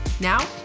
Now